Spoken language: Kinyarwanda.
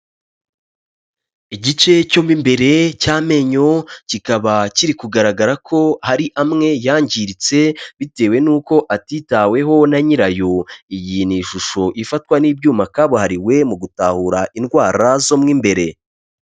Igice cyo mo imbere cy'amenyo kikaba kiri kugaragara ko hari amwe yangiritse bitewe n'uko atitaweho na nyirayo, iyi ni ishusho ifatwa n'ibyuma kabuhariwe mu gutahura indwara zo mo imbere.